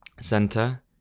center